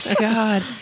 God